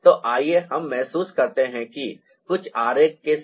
तो आइए हम महसूस करते हैं कि कुछ आरेखों के साथ